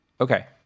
Okay